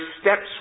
steps